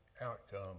outcome